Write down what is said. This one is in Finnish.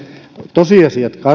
tosiasiat